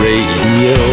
Radio